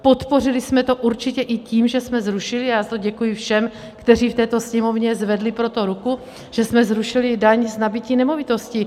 Podpořili jsme to určitě i tím, že jsme zrušili, a já za to děkuji všem, kteří v této Sněmovně zvedli pro to ruku, že jsme zrušili daň z nabytí nemovitostí.